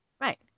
Right